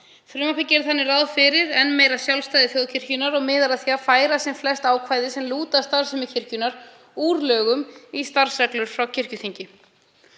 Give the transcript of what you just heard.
Frumvarpið gerir þannig ráð fyrir enn meira sjálfstæði þjóðkirkjunnar og miðar að því að færa sem flest ákvæði sem lúta að starfsemi kirkjunnar úr lögum í starfsreglur frá kirkjuþingi.